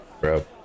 bro